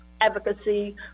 advocacy